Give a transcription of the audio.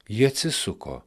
ji atsisuko